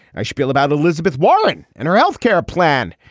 i spiel about elizabeth warren and her health care plan.